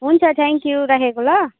हुन्छ थ्याङ्क्यु राखेको ल